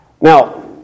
Now